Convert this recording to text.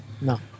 No